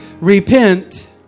repent